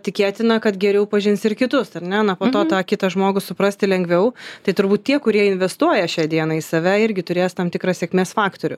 tikėtina kad geriau pažins ir kitus ar ne na po to tą kitą žmogų suprasti lengviau tai turbūt tie kurie investuoja šią dieną į save irgi turės tam tikrą sėkmės faktorių